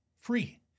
free